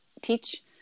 teach